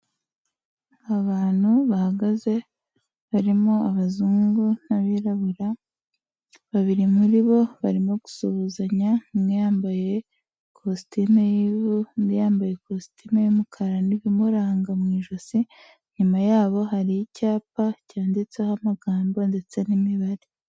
Abantu bahagaze barimo abazungu n'abirabura, babiri muri bo barimo gusuhuzanya, umwe yambaye kositimu y'ivu, undi yambaye kositimu y'umukara n'ibimuranga mu ijosi, inyuma yabo hari icyapa cyanditseho amagambo ndetse n'imibare.